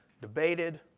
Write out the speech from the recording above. debated